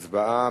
הצבעה.